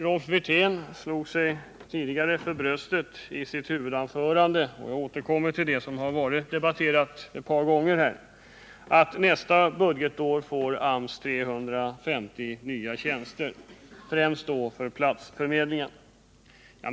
Rolf Wirtén slog sig för bröstet i sitt huvudanförande och framhöll — jag återkommer till det som har debatterats ett par gånger tidigare — att AMS nästa budgetår får 350 nya tjänster, främst för platsförmedling.